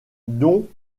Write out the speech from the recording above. don